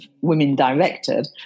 women-directed